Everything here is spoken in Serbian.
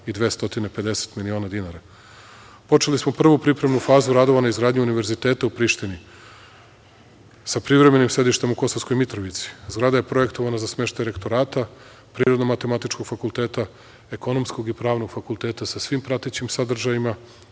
i 250 miliona dinara. Počeli smo prvu pripremnu fazu radova na izgradnji univerziteta u Prištini sa privremenim sedištem u Kosovskoj Mitrovici. Zgrada je projektovana za smeštaj Rektorata Prirodno-matematičkog fakulteta, Ekonomskog i Pravnog fakulteta sa svim pratećem sadržajima